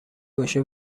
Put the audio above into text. باشه